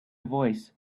voice